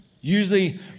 usually